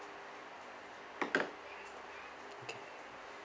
okay